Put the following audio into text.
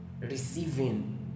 receiving